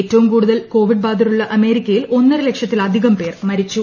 ഏറ്റവും കൂടുതൽ കോവിഡ് ബാധിതരുള്ള അമേരിക്കയിൽ ഒന്നര ലക്ഷത്തിലധികം പേർ മരിച്ചു